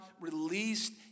released